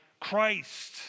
Christ